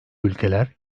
ülkeler